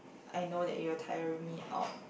I know that it'll tire me out